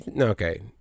okay